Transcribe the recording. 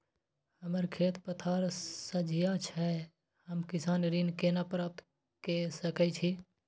हमर खेत पथार सझिया छै हम किसान ऋण केना प्राप्त के सकै छी?